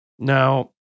Now